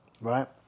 right